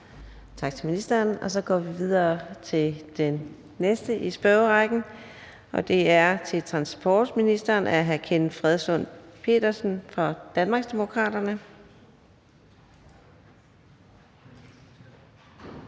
Tak til ministeren. Så går vi videre til den næste i spørgerrækken, og det er hr. Kenneth Fredslund Petersen fra Danmarksdemokraterne